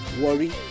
Worry